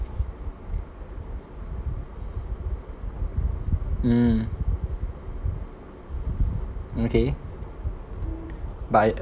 mm okay but I